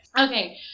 Okay